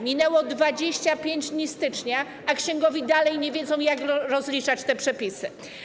Minęło 25 dni stycznia, a księgowi dalej nie wiedzą, jak rozliczać te przepisy.